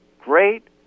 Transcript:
great